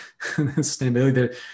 sustainability